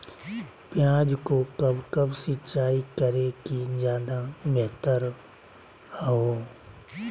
प्याज को कब कब सिंचाई करे कि ज्यादा व्यहतर हहो?